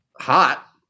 hot